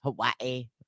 Hawaii